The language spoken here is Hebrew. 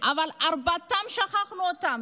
אבל שכחנו את ארבעתם.